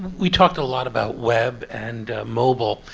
we talked a lot about web and mobile.